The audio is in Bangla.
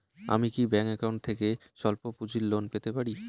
আমি কি ব্যাংক থেকে স্বল্প পুঁজির লোন পেতে পারি?